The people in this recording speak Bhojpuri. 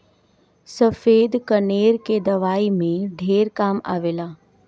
सफ़ेद कनेर के दवाई में ढेर काम आवेला